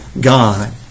God